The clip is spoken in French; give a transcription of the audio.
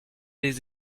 des